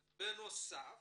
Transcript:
אבל בנוסף